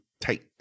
tight